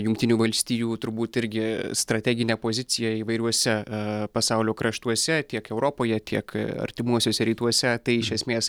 jungtinių valstijų turbūt irgi strateginę poziciją įvairiuose pasaulio kraštuose tiek europoje tiek artimuosiuose rytuose tai iš esmės